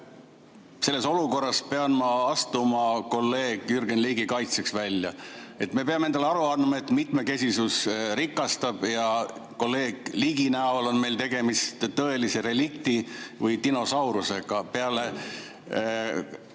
Selles olukorras pean ma astuma kolleeg Jürgen Ligi kaitseks välja. Me peame endale aru andma, et mitmekesisus rikastab ja kolleeg Ligi näol on meil tegemist tõelise relikti või dinosaurusega. Peale